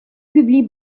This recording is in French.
publie